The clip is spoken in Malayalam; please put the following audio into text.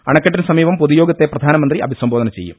അണക്കെ ട്ടിന് സമീപം പൊതുയോഗത്തെ പ്രധാനമന്ത്രി അഭിസംബോ ധന ചെയ്യും